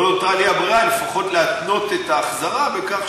לא נותרה לי ברירה אלא לפחות להתנות את ההחזרה בכך,